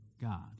God